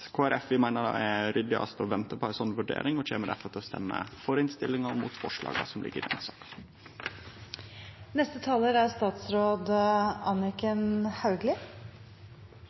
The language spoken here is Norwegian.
meiner det er mest ryddig å vente på ei slik vurdering og kjem difor til å stemme for innstillinga og mot forslaga som ligg i denne saka. Hovedregelen i det norske arbeidslivet er